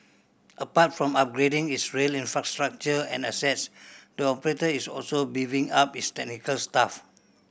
apart from upgrading its rail infrastructure and assets the operator is also beefing up its technical staff